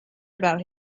about